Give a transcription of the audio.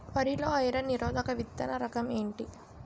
వరి లో ఐరన్ నిరోధక విత్తన రకం ఏంటి?